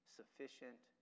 sufficient